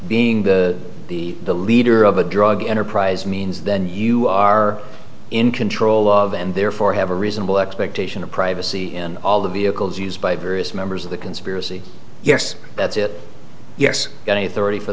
being the the the leader of a drug enterprise means then you are in control of and therefore have a reasonable expectation of privacy in all the vehicles used by various members of the conspiracy yes that's it yes any thirty for